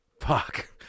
fuck